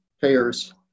payers